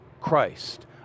Christ